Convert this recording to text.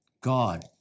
God